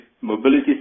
mobility